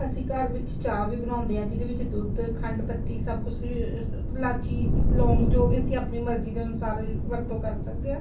ਅਸੀਂ ਘਰ ਵਿੱਚ ਚਾਹ ਵੀ ਬਣਾਉਂਦੇ ਹਾਂ ਜਿਹਦੇ ਵਿੱਚ ਦੁੱਧ ਖੰਡ ਪੱਤੀ ਸਭ ਕੁਛ ਇਲਾਚੀ ਲੋਂਗ ਜੋ ਵੀ ਅਸੀਂ ਆਪਣੀ ਮਰਜ਼ੀ ਦੇ ਅਨੁਸਾਰ ਵਰਤੋਂ ਕਰ ਸਕਦੇ ਹਾਂ